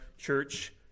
church